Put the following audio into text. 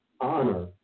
honor